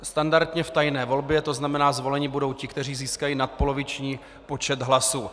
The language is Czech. Standardně v tajné volbě, to znamená, zvoleni budou ti, kteří získají nadpoloviční počet hlasů.